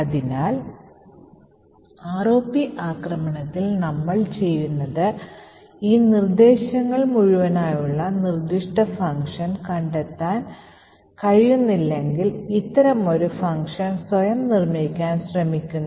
അതിനാൽ ROP ആക്രമണത്തിൽ നമ്മൾ ചെയ്യുന്നത് ഈ നിർദ്ദേശങ്ങൾ മുഴുവനായുള്ള നിർദ്ദിഷ്ട ഫംഗ്ഷൻ കണ്ടെത്താൻ കഴിയുന്നില്ലെങ്കിൽ ഇത്തരമൊരു ഫംഗ്ഷൻ സ്വയം നിർമ്മിക്കാൻ ശ്രമിക്കുന്നു